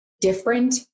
different